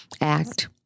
Act